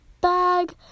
bag